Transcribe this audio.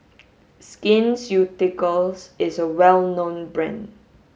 Skin Ceuticals is a well known brand